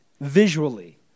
Visually